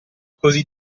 così